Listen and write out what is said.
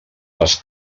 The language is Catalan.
les